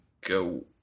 go